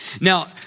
Now